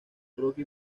rocky